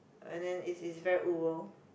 and then it's it's very rural